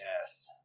Yes